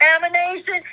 contamination